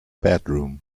bedroom